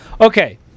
Okay